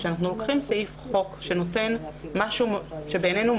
כשאנחנו לוקחים סעיף חוק שנותן משהו שבעינינו הוא